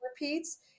repeats